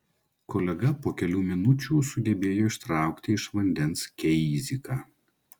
kolega po kelių minučių sugebėjo ištraukti iš vandens keiziką